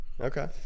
Okay